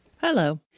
Hello